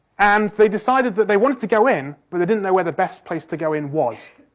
and they decided that they wanted to go in but they didn't know where the best place to go in was.